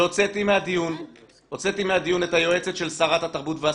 שהוצאתי מהדיון את היועצת של שרת התרבות והספורט,